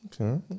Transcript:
Okay